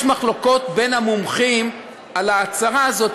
יש מחלוקות בין המומחים על ההצהרה הזאת,